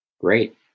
Great